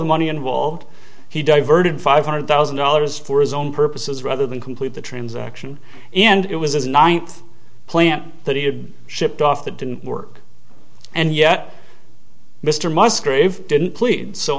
the money involved he diverted five hundred thousand dollars for his own purposes rather than complete the transaction and it was his ninth plant that he had shipped off that didn't work and yet mr musgrave didn't clean so